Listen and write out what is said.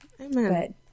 Amen